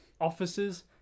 officers